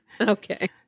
Okay